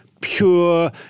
pure